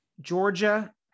Georgia